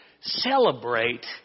celebrate